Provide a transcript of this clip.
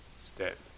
step